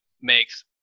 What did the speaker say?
makes